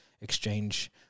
exchange